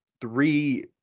three